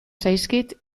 zaizkit